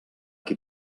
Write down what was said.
qui